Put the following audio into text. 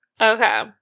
Okay